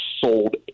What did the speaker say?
sold